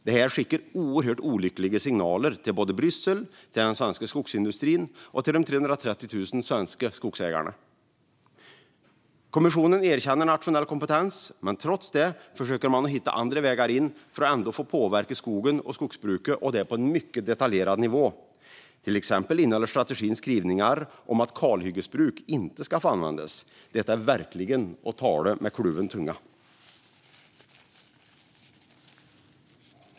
Det skickar oerhört olyckliga signaler både till Bryssel, till den svenska skogsindustrin och till de 330 000 svenska skogsägarna. Kommissionen erkänner nationell kompetens. Men trots det försöker man att hitta andra vägar in för att ändå få påverka skogen och skogsbruket, och det på en mycket detaljerad nivå. Till exempel innehåller strategin skrivningar om att kalhyggesbruk inte ska få användas. Detta är verkligen att tala med kluven tunga.